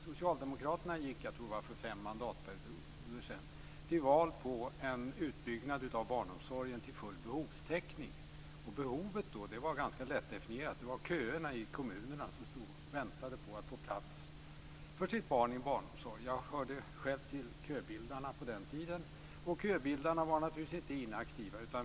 Socialdemokraterna gick för jag tror det var fem mandatperioder sedan till val på en utbyggnad av barnomsorgen till full behovstäckning. Behovet var då ganska lättdefinierat. Det var köerna i kommunerna där föräldrarna väntade på att få plats för sitt barn i barnomsorg. Jag hörde själv till köbildarna på den tiden. Köbildarna var naturligtvis inte inaktiva.